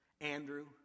Andrew